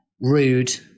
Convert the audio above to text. rude